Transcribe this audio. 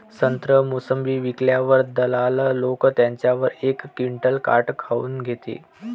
संत्रे, मोसंबी विकल्यावर दलाल लोकं त्याच्यावर एक क्विंटल काट काऊन घेते?